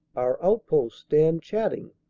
our outposts stand chatting,